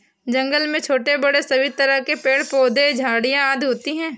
जंगल में छोटे बड़े सभी तरह के पेड़ पौधे झाड़ियां आदि होती हैं